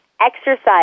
exercise